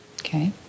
Okay